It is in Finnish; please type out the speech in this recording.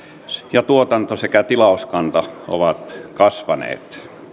ja tuotanto sekä tilauskanta ovat kasvaneet